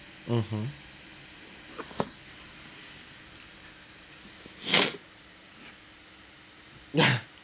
mmhmm